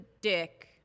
dick